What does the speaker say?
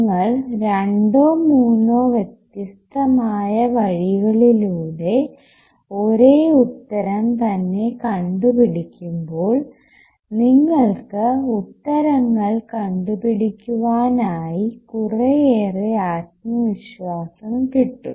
നിങ്ങൾ രണ്ടോ മൂന്നോ വ്യത്യസ്തമായ വഴികളിലൂടെ ഒരേ ഉത്തരം തന്നെ കണ്ടുപിടിക്കുമ്പോൾ നിങ്ങൾക്ക് ഉത്തരങ്ങൾ കണ്ടുപിടിക്കുവാനായി കുറെയേറെ ആത്മവിശ്വാസം കിട്ടും